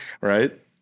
Right